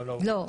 לא.